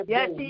Yes